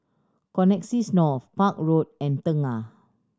Connexis North Park Road and Tengah